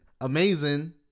amazing